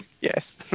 Yes